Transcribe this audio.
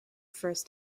first